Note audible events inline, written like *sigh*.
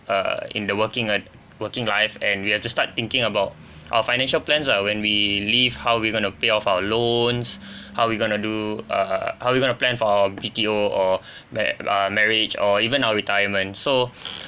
err in the working uh working life and we have to start thinking about our *breath* financial plans ah when we leave how we're going to pay off our loans *breath* how are we gonna do err how you going to plan for our B_T_O or *breath* ma~ uh marriage or even our retirement so *breath*